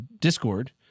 Discord